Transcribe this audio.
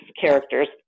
characters